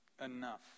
enough